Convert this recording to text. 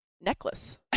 necklace